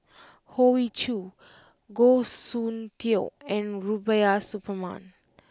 Hoey Choo Goh Soon Tioe and Rubiah Suparman